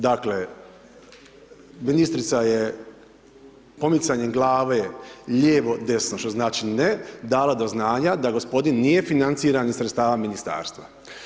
Dakle, ministrica je pomicanjem glave lijevo-desno što znači ne, dala do znanja da gospodin nije financiran iz sredstava Ministarstva.